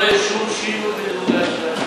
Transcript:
לא יהיה שום שינוי בדירוג האשראי.